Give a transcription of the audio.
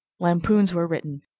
lampoons were written,